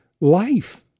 life